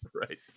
Right